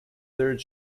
third